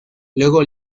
luego